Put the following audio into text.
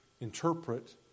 interpret